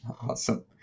Awesome